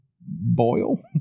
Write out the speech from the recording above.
boil